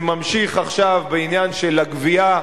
זה ממשיך עכשיו בעניין הגבייה,